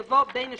יבוא "בין השאר"